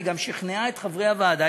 וגם שכנעה את חברי הוועדה,